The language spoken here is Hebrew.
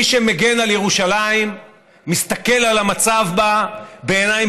מי שמגן על ירושלים מסתכל על המצב בה בעיניים